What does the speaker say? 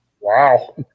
wow